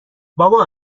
بابا